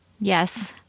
yes